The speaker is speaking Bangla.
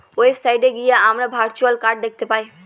ওয়েবসাইট গিয়ে আমরা ভার্চুয়াল কার্ড দেখতে পাই